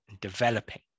developing